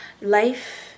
life